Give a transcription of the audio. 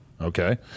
Okay